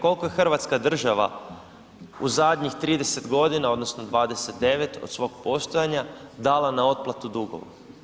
Koliko je hrvatska država u zadnjih 30 godina, odnosno 29 od svog postojanja dala na otplatu dugova.